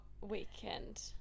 weekend